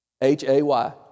H-A-Y